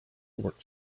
work